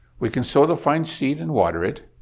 we can sow the fine seed and water it,